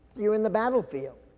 you're in the battlefield.